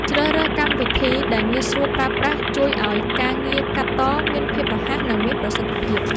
ជ្រើសរើសកម្មវិធីដែលងាយស្រួលប្រើប្រាស់ជួយឱ្យការងារកាត់តមានភាពរហ័ស និង មានប្រសិទ្ធភាព។